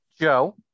Joe